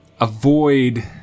avoid